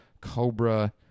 Cobra